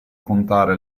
contare